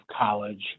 college